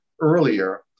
earlier